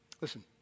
Listen